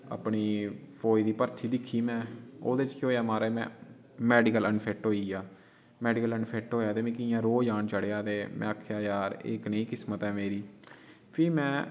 अपनी फ़ौज दी भरथी दिक्खी में ओह्दे च केह् होएआ महाराज में मेडिकल अनफिट होई गेआ मेडिकल अनफिट होएआ ते मिगी इ'यां रोह् जन चड़ेआ ते में आखेआ यार एह् कनेही किस्मत ऐ मेरी फ्ही में